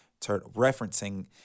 referencing